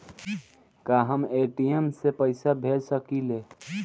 का हम ए.टी.एम से पइसा भेज सकी ले?